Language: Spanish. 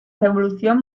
revolución